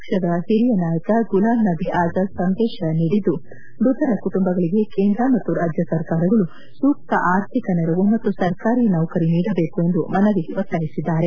ಪಕ್ಷದ ಹಿರಿಯ ನಾಯಕ ಗುಲಾಮ್ ನಬಿ ಅಜಾದ್ ಸಂದೇಶ ನೀಡಿದ್ದು ಮೃತರ ಕುಟುಂಬಗಳಿಗೆ ಕೇಂದ್ರ ಮತ್ತು ರಾಜ್ಯ ಸರ್ಕಾರಗಳು ಸೂಕ್ತ ಆರ್ಥಿಕ ನೆರವು ಮತ್ತು ಸರ್ಕಾರಿ ನೌಕರಿ ನೀಡಬೇಕು ಎಂದು ಮನವಿ ಒತ್ತಾಯಿಸಿದ್ದಾರೆ